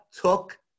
took